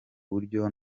buryo